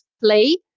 play